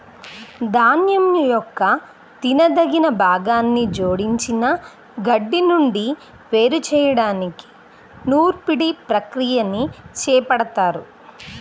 ధాన్యం యొక్క తినదగిన భాగాన్ని జోడించిన గడ్డి నుండి వేరు చేయడానికి నూర్పిడి ప్రక్రియని చేపడతారు